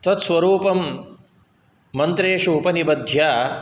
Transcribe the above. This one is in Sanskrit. तत् स्वरूपं मन्त्रेषु उपनिबध्य